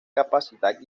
capacidad